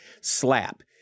slap